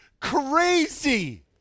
crazy